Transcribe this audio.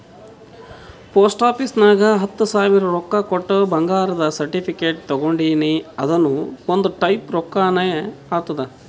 post office ನಾಗ್ ಹತ್ತ ಸಾವಿರ ರೊಕ್ಕಾ ಕೊಟ್ಟು ಬಂಗಾರದ ಸರ್ಟಿಫಿಕೇಟ್ ತಗೊಂಡಿನಿ ಅದುನು ಒಂದ್ ಟೈಪ್ ರೊಕ್ಕಾನೆ ಆತ್ತುದ್